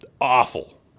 awful